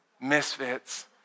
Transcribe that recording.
Misfits